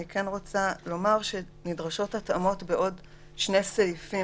אני כן רוצה לומר שנדרשות התאמות בעוד שני סעיפים,